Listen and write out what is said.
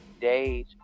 days